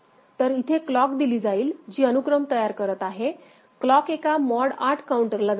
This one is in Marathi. तर इथे क्लॉक दिली जाईल जी अनुक्रम तयार करत आहे क्लॉक एका मॉड 8 काउंटरला जाते